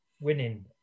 winning